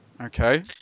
Okay